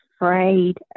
afraid